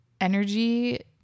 energy